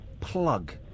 plug